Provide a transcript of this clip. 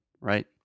right